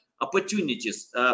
opportunities